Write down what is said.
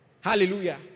hallelujah